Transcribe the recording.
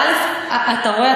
אתה רואה,